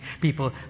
people